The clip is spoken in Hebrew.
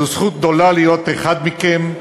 זו זכות גדולה להיות אחד מכם,